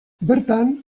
bertan